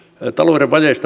lopuksi